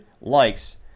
likes